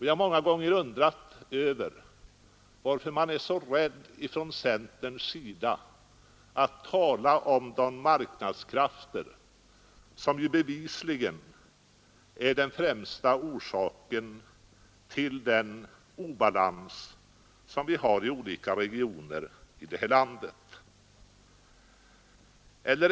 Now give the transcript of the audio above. Jag har många gånger undrat över varför man är så rädd från centerns sida att tala om de marknadskrafter som bevisligen är den främsta orsaken till den obalans vi har i olika regioner i det här landet.